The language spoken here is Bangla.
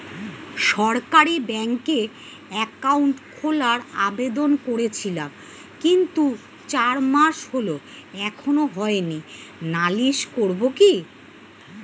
সরকারি ব্যাংকে একাউন্ট খোলার আবেদন করেছিলাম কিন্তু চার মাস হল এখনো হয়নি নালিশ করব কি?